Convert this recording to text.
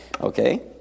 Okay